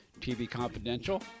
tvconfidential